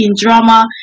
drama